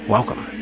Welcome